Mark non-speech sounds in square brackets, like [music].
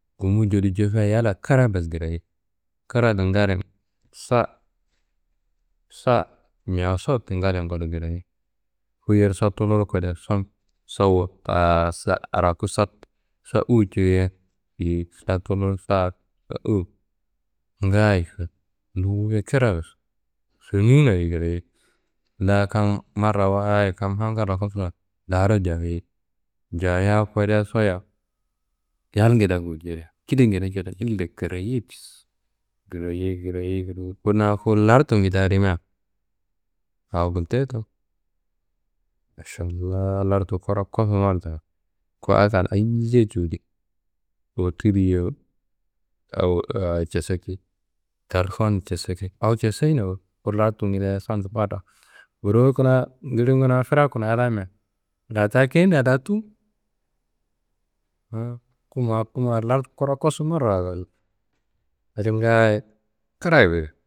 Gumbu codu jefia yalla kra bes grayei. Kra gingarin sa, sa mewuso kingallin kodu grayei. Foyor sa tulur kodia [hesitation] sa [hesitation] sa araku sa [hesitation] sa uwu cuyei yeyi sa tulur sa uwu ngaaye [hesitation] nduwuye kra. Sunniyinaye grayei la kam marrawayit kam angalla kosuwa daaro jayei jaaya kodia soya yalngedea guljerei kida ngede cedenu illa grayei bes. Grayei grayei grayei kuna fudu lartungedea rimia awo gultiye tenu, Mašallah lartu kura kosu marrawayit. Ku akan ayiye cuwudi, wotirriye awo [hesitation] casaki [hesitation] telfon casaki awo casayina bo. Ku lartungedea sandu marrawayit. [noise] Burowu kuna ngilingu firakun a la mia larta keyendea da tunu. [hesitation] Ku ma ku ma lartu kura kosu marrawayit walkuno adi ngaaye krayi.